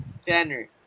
center